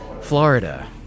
Florida